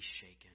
shaken